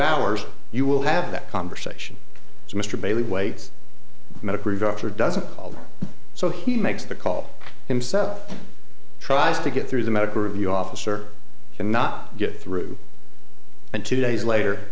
hours you will have that conversation as mr bailey waits medical doctor doesn't so he makes the call himself tries to get through the medical review officer cannot get through and two days later